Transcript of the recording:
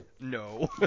no